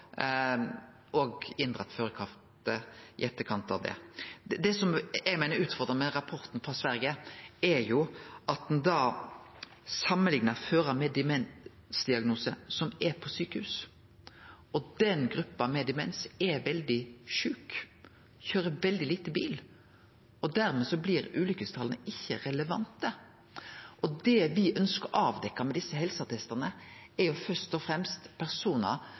i etterkant av det. Det eg meiner er utfordrande med rapporten frå Sverige, er at ein samanliknar førarar med demensdiagnose som er på sjukehus, og den gruppa med demens er veldig sjuk og køyrer veldig lite bil. Dermed blir ulykkestala ikkje relevante. Det me ønskjer å avdekkje med desse helseattestane, er først og fremst personar